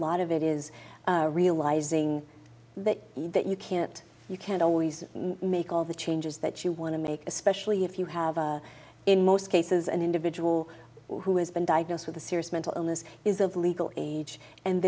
lot of it is realizing that you can't you can't always make all the changes that you want to make especially if you have in most cases an individual who has been diagnosed with a serious mental illness is of legal age and